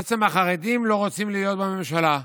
בעצם החרדים לא רוצים להיות בממשלה.